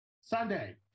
Sunday